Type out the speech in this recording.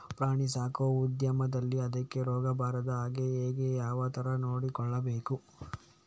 ಪ್ರಾಣಿ ಸಾಕುವ ಉದ್ಯಮದಲ್ಲಿ ಅದಕ್ಕೆ ರೋಗ ಬಾರದ ಹಾಗೆ ಹೇಗೆ ಯಾವ ತರ ನೋಡಿಕೊಳ್ಳಬೇಕು?